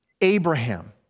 Abraham